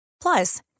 Plus